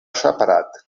separat